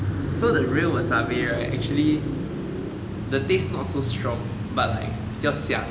so the real wasabi right actually the taste not so strong but like 比较香